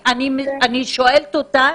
אני שואלת אותך,